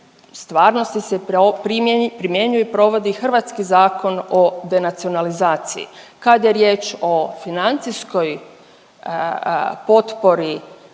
stvarnosti se primjenjuje i provodi hrvatski Zakon o denacionalizaciji. Kad je riječ o financijskoj potpori